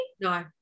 no